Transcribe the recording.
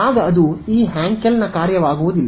ಆಗ ಅದು ಈ ಹ್ಯಾಂಕೆಲ್ ಕಾರ್ಯವಾಗುವುದಿಲ್ಲ